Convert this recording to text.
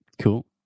cool